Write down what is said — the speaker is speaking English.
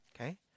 Okay